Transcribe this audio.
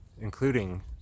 including